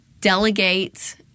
delegate